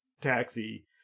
taxi